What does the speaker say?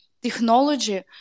technology